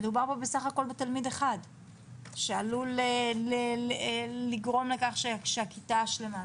מדובר פה בסך הכול בתלמיד אחד שעלול לגרום לכך שכיתה שלמה,